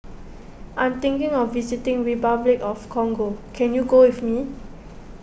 I'm thinking of visiting Republic of Congo can you go with me